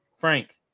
Frank